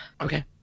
Okay